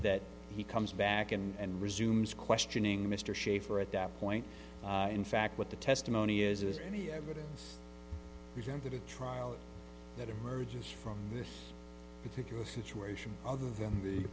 that he comes back and resumes questioning mr shafer at that point in fact what the testimony is is any evidence presented at trial that emerges from this particular situation other than the